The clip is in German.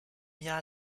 jahr